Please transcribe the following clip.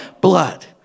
blood